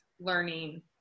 learning